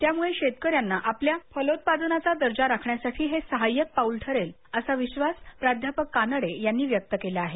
त्यामुळे शेतक यांना आपल्या फलोत्पादनांचा दर्जा राखण्यासाठी हे सहाय्यक पाऊल ठरेल असा विश्वास प्राध्यापक कानडे यांनी व्यक्त केला आहे